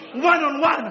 one-on-one